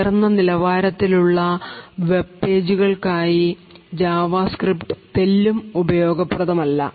ഉയർന്ന നിലവാരത്തിലുള്ള ഉള്ള വെബ്പേജുകൾക്കായി ഉദാഹരണത്തിന് games ജാവാസ്ക്രിപ്റ്റ് തെല്ലും ഉപയോഗപ്രദം അല്ല